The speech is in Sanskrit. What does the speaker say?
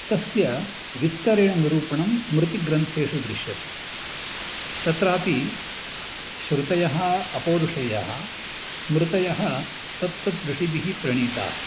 तस्य विस्तरेण निरूपणं स्मृतिग्रन्थेषु दृश्यते तत्रापि श्रुतयः अपौरुषेयाः स्मृतयः तत्तदृषिभिः प्रणीताः